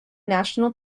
national